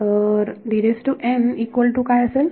तर equal to काय असेल